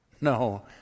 No